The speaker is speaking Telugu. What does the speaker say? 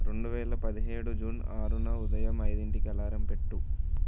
రెండువేల పదిహేడు జూన్ ఆరున ఉదయం ఐదింటికి అలారం పెట్టు